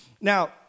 Now